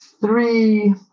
three